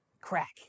Crack